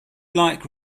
like